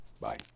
Bye